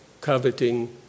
coveting